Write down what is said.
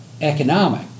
economic